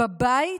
בבית,